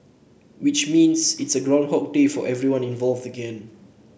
which means it is groundhog day for everyone involved again